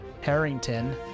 Harrington